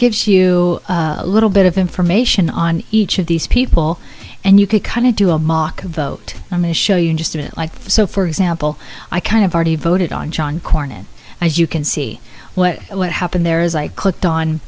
gives you a little bit of information on each of these people and you could kind of do a mock vote on the show you just didn't like so for example i kind of already voted on john cornyn as you can see what what happened there is i clicked